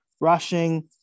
Rushing